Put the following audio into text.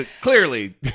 clearly